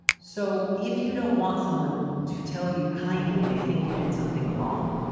so if you don't want someone to tell you kindly, they think you did something wrong.